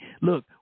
Look